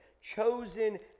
chosen